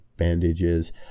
bandages